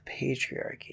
patriarchy